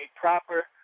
proper